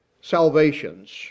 salvations